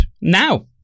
Now